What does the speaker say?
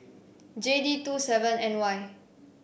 J D two seven N Y